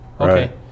Okay